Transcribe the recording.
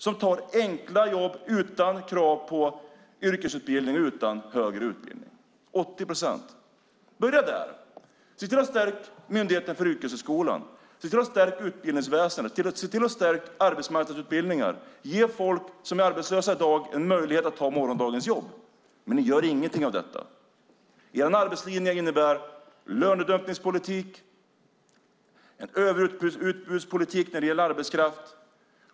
De tar enkla jobb utan krav på yrkesutbildning eller högre utbildning. Börja där. Se till att stärka Myndigheten för yrkeshögskolan. Se till att stärka utbildningsväsendet. Se till att stärka arbetsmarknadsutbildningarna. Ge folk som är arbetslösa i dag en möjlighet att ta morgondagens jobb. Ni gör ingenting av detta. Er arbetslinje innebär lönedumpningspolitik och överutbudspolitik när det gäller arbetskraft.